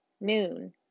noon